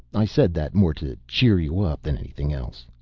i said that more to cheer you up than anything else.